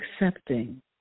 accepting